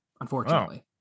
unfortunately